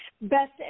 best